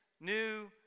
new